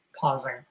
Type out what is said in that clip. pausing